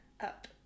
up